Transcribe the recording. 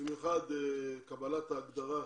במיוחד קבלת ההגדרה